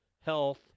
health